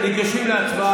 אנחנו ניגשים להצבעה.